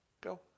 Go